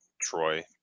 Troy